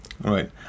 right